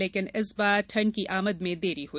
लेकिन इस दफा ठंड की आमद में देरी हुई